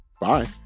bye